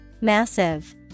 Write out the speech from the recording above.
Massive